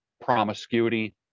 promiscuity